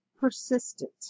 persistent